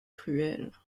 cruelle